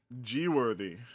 G-worthy